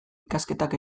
ikasketak